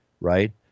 Right